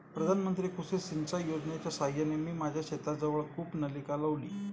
प्रधानमंत्री कृषी सिंचाई योजनेच्या साहाय्याने मी माझ्या शेताजवळ कूपनलिका लावली